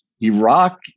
Iraq